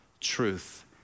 truth